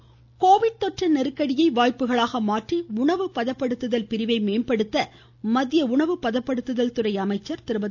Harsimrat Covid தொற்று நெருக்கடியை வாய்ப்புகளாக மாற்றி உணவு பதப்படுத்துதல் பிரிவை மேம்படுத்த மத்திய உணவுப் பதப்படுத்துதல் துறை அமைச்சர் திருமதி